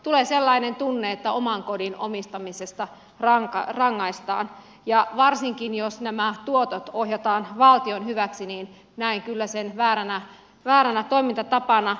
tulee sellainen tunne että oman kodin omistamisesta rangaistaan ja varsinkin jos nämä tuotot ohjataan valtion hyväksi niin näen kyllä sen vääränä toimintatapana